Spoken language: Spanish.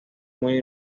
muy